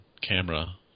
camera